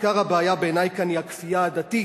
עיקר הבעיה בעיני כאן היא הכפייה הדתית,